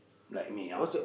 like me ah